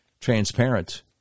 transparent